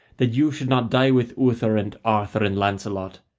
that you should not die with uther and arthur and lancelot?